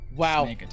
Wow